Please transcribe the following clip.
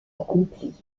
accomplis